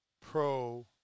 Pro